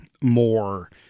more